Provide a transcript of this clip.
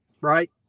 right